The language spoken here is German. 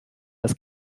das